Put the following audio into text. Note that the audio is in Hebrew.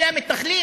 אלא המתנחלים.